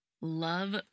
Love